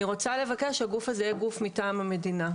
אני רוצה לבקש שהגוף הזה יהיה גוף מטעם המדינה,